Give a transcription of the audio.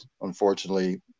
unfortunately